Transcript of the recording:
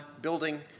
building